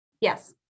Yes